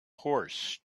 horse